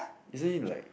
isn't it like